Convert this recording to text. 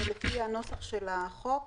לפי הנוסח של החוק,